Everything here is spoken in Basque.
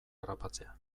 harrapatzea